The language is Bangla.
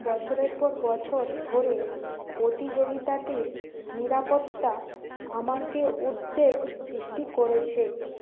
বছরের পর বছর ধরে প্রতিযোগিতাটির নিরাপত্তা আমাকে উদ্বেগ সৃষ্টি করেছে